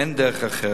אין דרך אחרת.